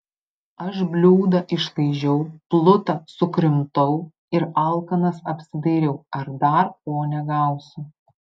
aš bliūdą išlaižiau plutą sukrimtau ir alkanas apsidairiau ar dar ko negausiu